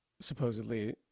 supposedly